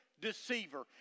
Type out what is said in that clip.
deceiver